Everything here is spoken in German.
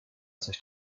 sich